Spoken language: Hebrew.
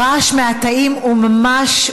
הרעש מהתאים הוא ממש,